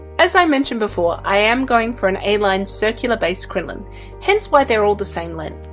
as i mentioned before, i am going for an a-line circular base crinoline hence why they're all the same length.